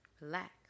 Relax